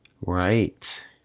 Right